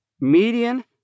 median